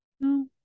no